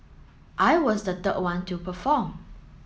I was the third one to perform